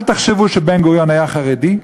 אל תחשבו שבן-גוריון היה חרדי,